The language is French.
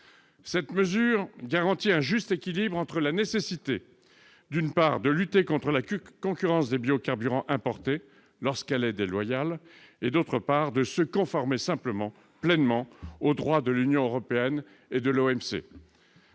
Cette mesure garantit un juste équilibre entre la nécessité, d'une part, de lutter contre la concurrence des biocarburants importés lorsque celle-ci est déloyale et, d'autre part, de se conformer pleinement au droit de l'Union européenne et de l'OMC.